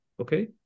Okay